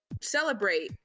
celebrate